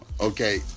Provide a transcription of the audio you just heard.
Okay